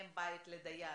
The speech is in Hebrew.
מאם הבית לדייר,